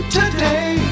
today